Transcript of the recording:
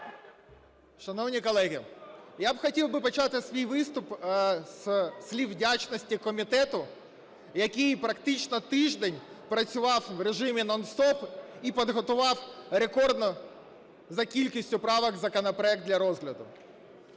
Шановні колеги, я хотів би почати свій виступ зі слів вдячності комітету, який практично тиждень працював у режимі нон-стоп і підготував рекордний за кількістю правок законопроект для розгляду.